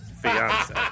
fiance